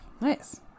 Nice